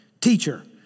Teacher